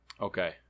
Okay